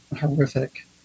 horrific